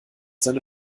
seine